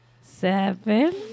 seven